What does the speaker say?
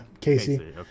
Casey